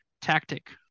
tactic